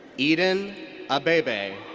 eden abebe.